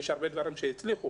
יש הרבה דברים שהצליחו.